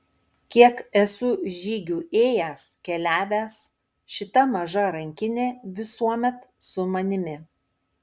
kiek esu žygių ėjęs keliavęs šita maža rankinė visuomet su manimi